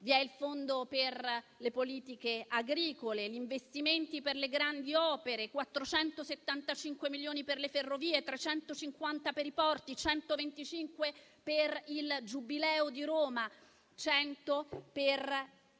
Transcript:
Vi è il fondo per le politiche agricole, gli investimenti per le grandi opere (475 milioni per le ferrovie, 350 per i porti, 125 per il Giubileo di Roma), 100 per